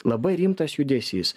labai rimtas judesys